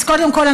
אז קודם כול,